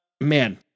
man